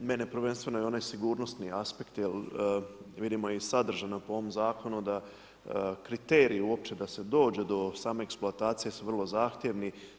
Mene prvenstveno onaj sigurnosni aspekt, jer vidimo iz sadržaja po ovom zakonu da kriterij uopće da se dođe do same eksploatacije su vrlo zahtjevni.